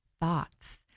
thoughts